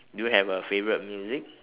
do you have a favourite music